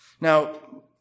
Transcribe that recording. Now